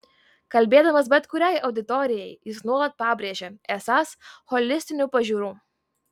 kalbėdamas bet kuriai auditorijai jis nuolat pabrėžia esąs holistinių pažiūrų